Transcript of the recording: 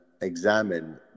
examine